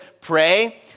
pray